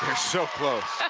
so close.